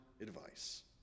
advice